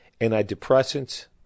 Antidepressants